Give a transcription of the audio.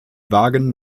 wagen